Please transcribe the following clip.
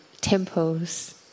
temples